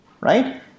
right